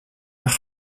nach